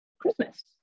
Christmas